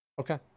Okay